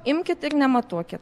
imkit ir nematuokit